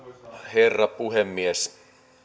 herra puhemies